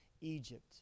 Egypt